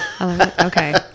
Okay